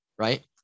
right